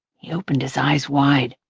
he opened his eyes wide.